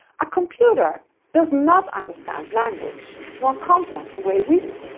a computer does not understand language or content the way we do.